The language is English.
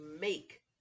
make